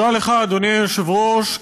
אדוני היושב-ראש,